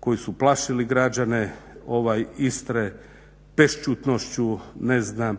koji su plašili građane Istre bešćutnošću, ne znam